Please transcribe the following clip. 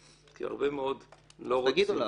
כי הרבה מאוד לא רוצים --- אז תגידו לנו.